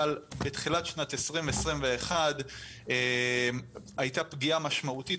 אבל בתחילת שנת 2021 הייתה פגיעה משמעותית